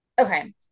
Okay